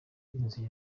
inzu